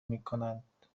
میکنند